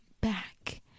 back